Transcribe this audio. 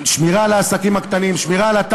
שמירה על העסקים הקטנים,